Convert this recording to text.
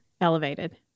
elevated